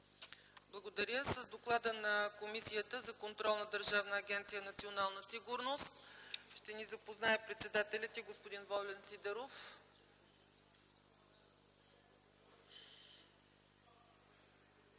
Благодаря. С доклада на Комисията за контрол на Държавна агенция „Национална сигурност” ще ни запознае председателят й господин Волен Сидеров.